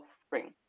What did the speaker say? spring